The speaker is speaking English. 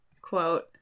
quote